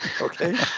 Okay